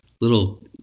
little